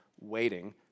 waiting